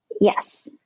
Yes